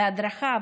הדרכה,